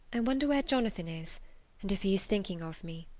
i wonder where jonathan is and if he is thinking of me!